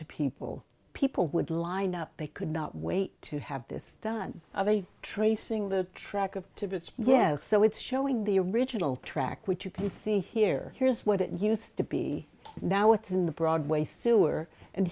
to people people would line up they could not wait to have this done of a tracing the track of to just yes so it's showing the original track which you can see here here's what it used to be now it's in the broadway sewer and